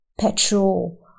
petrol